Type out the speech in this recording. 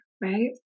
right